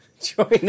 Join